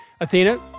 Athena